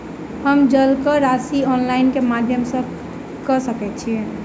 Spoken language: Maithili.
हम जलक राशि ऑनलाइन केँ माध्यम सँ कऽ सकैत छी?